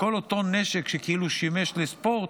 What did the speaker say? כל אותו נשק שכאילו שימש לספורט,